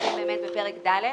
באמת בפרק ד',